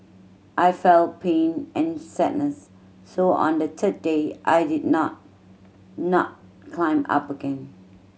I felt pain and sadness so on the third day I did not not not climb up again